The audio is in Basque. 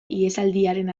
ihesaldiaren